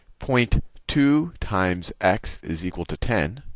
point two times x is equal to ten.